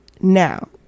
now